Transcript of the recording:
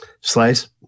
Slice